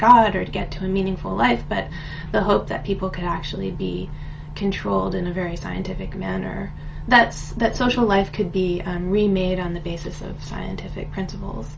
god or to get to a meaningful life but the hope that people could actually be controlled in a very scientific manner that that social life could be remade on the basis of scientific principles